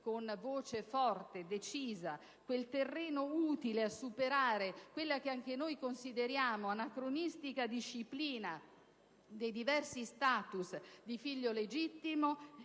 con voce forte, decisa, vale a dire quel terreno utile a superare quella che anche noi consideriamo l'anacronistica disciplina dei diversi *status* di figlio legittimo